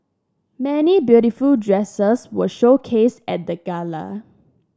many beautiful dresses were showcased at the gala